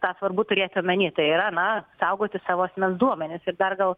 tą svarbu turėti omeny tai yra na saugoti savo asmens duomenis ir dar gal